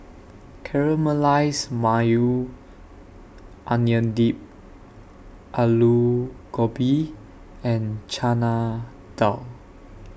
Caramelized Maui Onion Dip Alu Gobi and Chana Dal